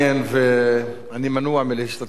ואני מנוע מלהשתתף בו,